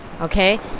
okay